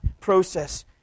process